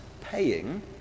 paying